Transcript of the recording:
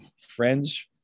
friends